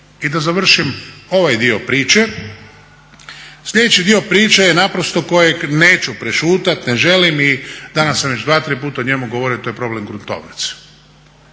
I da završim ovaj dio priče. Sljedeći dio priče je naprosto kojeg neću prešutat, ne želim i danas sam već dva, tri puta o njemu govorio. To je problem gruntovnice.